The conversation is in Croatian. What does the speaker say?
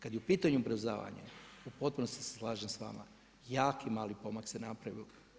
Kada je u pitanju obrazovanje, u potpunosti se slažem s vama, jako mali pomak se napravio.